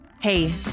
Hey